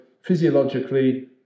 physiologically